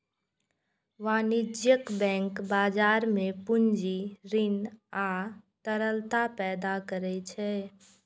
वाणिज्यिक बैंक बाजार मे पूंजी, ऋण आ तरलता पैदा करै छै